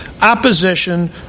opposition